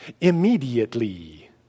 immediately